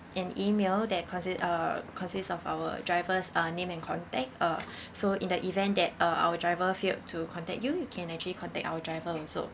an email that consist uh consists of our driver's uh name and contact uh so in the event that uh our driver failed to contact you you can actually contact our driver also